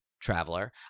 traveler